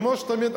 כמו תמיד,